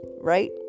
right